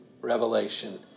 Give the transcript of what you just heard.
revelation